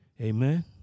amen